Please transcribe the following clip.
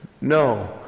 No